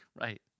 Right